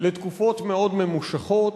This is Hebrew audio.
לתקופות מאוד ממושכות.